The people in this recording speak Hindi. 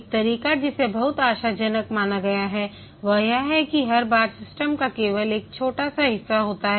एक तरीका जिसे बहुत आशाजनक माना गया है वह यह है कि हर बार सिस्टम का केवल एक छोटा सा हिस्सा होता है